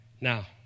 Now